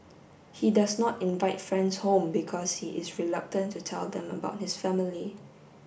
he does not invite friends home because he is reluctant to tell them about his family